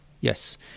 Yes